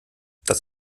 dass